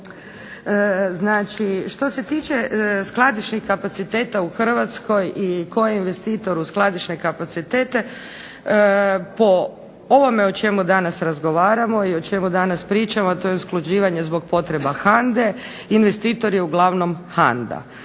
Što se tiče skladišnih kapaciteta u Hrvatskoj i koji investitor u skladišne kapacitete, o ovome o čemu danas razgovaramo i o čemu danas pričamo, to je usklađivanje zbog potreba HANDE investitor je uglavnom HANDA.